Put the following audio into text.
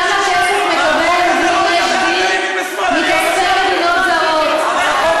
כמה כסף מקבל ארגון "יש דין" מכספי מדינות זרות?